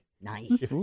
Nice